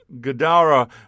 Gadara